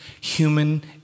human